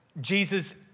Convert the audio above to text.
Jesus